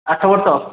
ଆଠବର୍ଷ